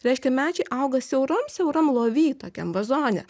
reiškia medžiai auga siauram siauram lovy tokiam vazone